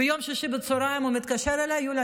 ביום שישי בצוהריים הוא מתקשר אליי: יוליה,